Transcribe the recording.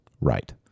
right